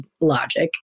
logic